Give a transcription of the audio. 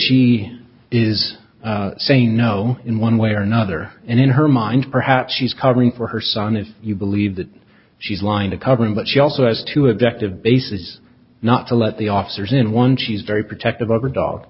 she is saying no in one way or another and in her mind perhaps she's covering for her son if you believe that she's lying to cover him but she also has to have directive basis not to let the officers in one she's very protective of her dog